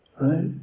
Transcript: Right